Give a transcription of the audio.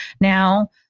Now